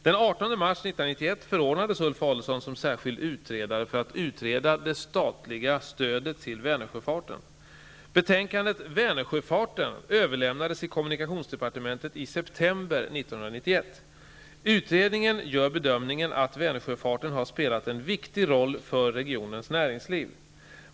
Den 18 mars 1991 förordnades Ulf Adelsohn som särskild utredare för att utreda det statliga stödet till Vänersjöfarten. Betänkandet Vänersjöfarten överlämnades till kommunikationsdepartementet i september 1991. Utredningen gör bedömningen att Vänersjöfarten har spelat en viktig roll för regionens näringsliv.